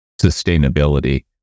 sustainability